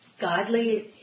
Godly